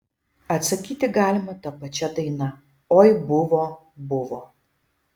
atsakyti galima ta pačia daina oi buvo buvo